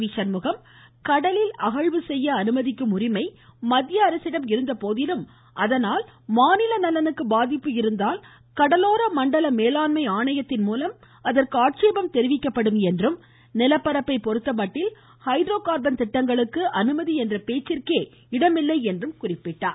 விசண்முகம் கடலில் அகழ்வு செய்ய அனுமதிக்கும் உரிமை மத்திய அரசிடம் இருந்தபோதிலும் அதனால் மாநில நலனுக்கு பாதிப்பு இருந்தால் கடலோர மண்டல மேலாண்மை ஆணையத்தின் மூலம் அதற்கு ஆட்சேபம் தெரிவிக்கப்படும் என்றும் நிலப்பரப்பை பொறுத்தமட்டில் ஹைட்ரோ கார்பன் திட்டங்களுக்கு அனுமதி என்ற பேச்சுக்கே இடமில்லை என்றும் குறிப்பிட்டார்